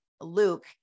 Luke